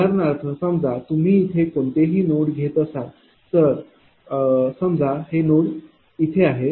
उदाहरणार्थ समजा तुम्ही इथे कोणतेही नोड घेत असाल तर समजा हे नोड इथे आहे